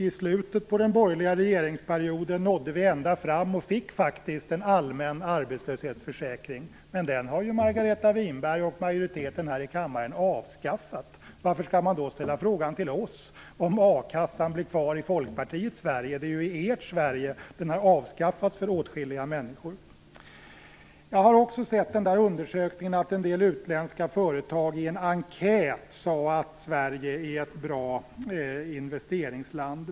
I slutet av den borgerliga regeringsperioden nådde vi ända fram och fick faktiskt en allmän arbetslöshetsförsäkring, men den har ju Margareta Winberg och majoriteten här i kammaren avskaffat. Varför då ställa frågan till oss om a-kassan blir kvar i Folkpartiets Sverige? Det är ju i ert Sverige som den har avskaffats för åtskilliga människor. Jag har också sett att utländska företag i en enkätundersökning svarat att Sverige är ett bra investeringsland.